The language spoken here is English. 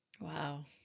Wow